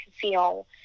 feel